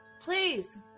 please